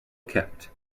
kept